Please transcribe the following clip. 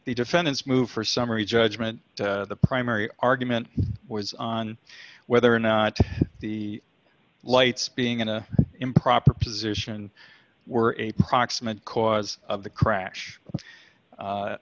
the defendants move for summary judgment the primary argument was on whether or not the lights being in a improper position were a proximate cause of the crash